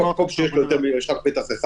-- אז בטח אולם, אין מקום שיש לו רק פתח אחד,